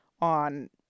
on